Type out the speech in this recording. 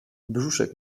brzuszek